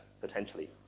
potentially